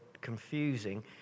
confusing